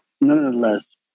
nonetheless